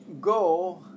go